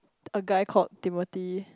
a guy called Timothy